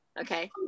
okay